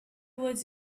was